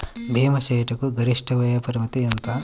భీమా చేయుటకు గరిష్ట వయోపరిమితి ఎంత?